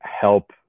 help